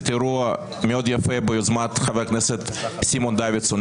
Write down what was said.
אירוע מאוד יפה ביוזמת חבר הכנסת סימון דוידסון,